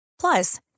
Plus